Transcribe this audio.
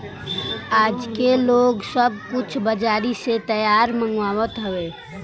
आजके लोग सब कुछ बजारी से तैयार मंगवात हवे